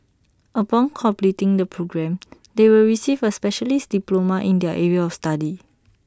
upon completing the program they will receive A specialist diploma in their area of study